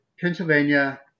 Pennsylvania